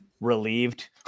relieved